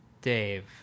Dave